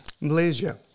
Malaysia